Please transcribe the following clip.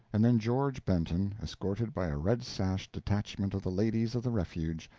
and then george benton, escorted by a red-sashed detachment of the ladies of the refuge,